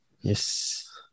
Yes